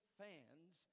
fans